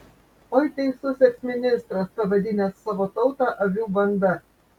oi teisus eksministras pavadinęs savo tautą avių banda